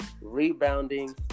rebounding